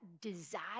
desire